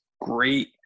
great